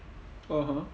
(uh huh)